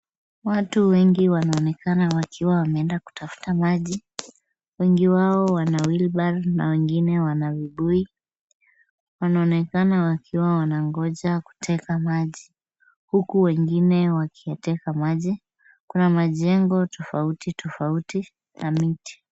Watu wengi wanaonekana wakiwa wameenda kutafuta maji. Wengi wao wana wheelbarrow na wengine wana vibuyu, wanaonekana wakiwa wanangoja kuteka maji, huku wengine wakiyateka maji. Kuna majengo tofauti tofauti na miti.